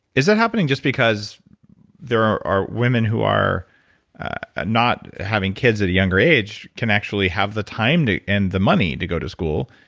is that happening just because there are are women who are not having kids at a younger age, can actually have the time and and the money to go to school.